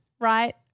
right